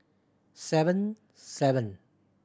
seven seven